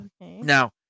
Now